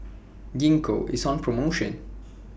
Gingko IS on promotion